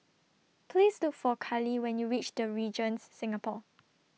Please Look For Carley when YOU REACH The Regent Singapore